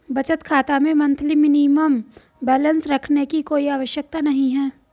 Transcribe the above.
बचत खाता में मंथली मिनिमम बैलेंस रखने की कोई आवश्यकता नहीं है